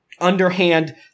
underhand